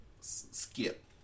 Skip